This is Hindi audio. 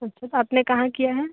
ओके तो आपने कहाँ किया है